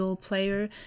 player